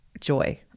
joy